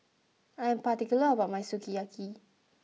I am particular about my Sukiyaki